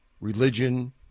religion